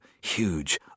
huge